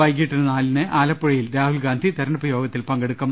വൈകീട്ട് നാലിന് ആലപ്പുഴയിൽ രാഹുൽ ഗാന്ധി തെരഞ്ഞെ ടുപ്പ് യോഗത്തിൽ പങ്കെടുക്കും